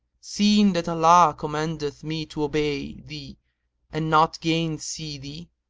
seeing that allah commandeth me to obey thee and not gain-say thee?